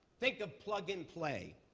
think of plug and play,